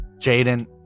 Jaden